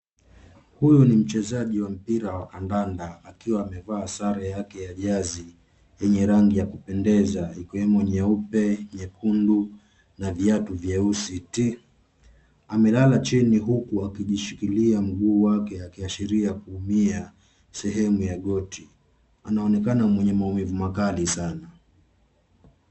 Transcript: Huyu ni mchezaji wa mpira wa kandanda akiwa amevaa sare yake ya jezi yenye rangi ya kupendeza ikiwemo nyeupe, nyekundu na viatu vieusi ti. Amelala chini huku akijishikilia mguu wake akiashiria kuumia sehemu ya goti. Anaonekana mwenye maumivu makali sana.